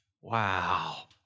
Wow